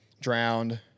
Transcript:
drowned